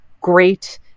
great